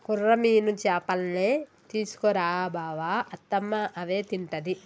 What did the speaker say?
కొర్రమీను చేపల్నే తీసుకు రా బావ అత్తమ్మ అవే తింటది